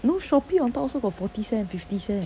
no shopee on top also got forty cent fifty cent